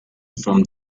from